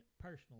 personally